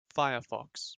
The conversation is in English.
firefox